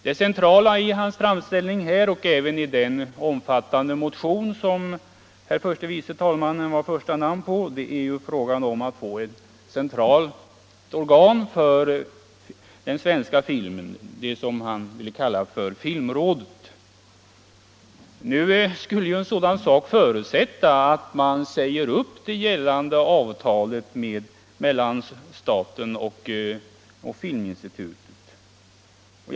Det centrala i hans framställning och även i den omfattande motion under vilken han står som första namn är frågan om att få ett centralt organ för den svenska filmen, det han vill kalla för filmrådet. Det skulle ju förutsätta att man säger upp det gällande avtalet mellan staten och Filminstitutet.